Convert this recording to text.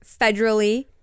federally